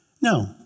No